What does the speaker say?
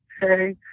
hey